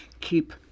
keep